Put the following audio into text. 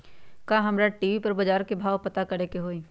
का हमरा टी.वी पर बजार के भाव पता करे के होई?